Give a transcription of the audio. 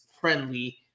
friendly